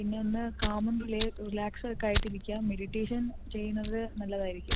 പിന്നെയൊന്ന് കാമും റിലാക്സും ഒക്കെ ആയിട്ടിരിക്കുക മെഡിറ്റേഷൻ ചെയ്യുന്നത് നല്ലതായിരിക്കും